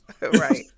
right